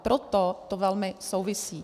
Proto to velmi souvisí.